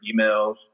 emails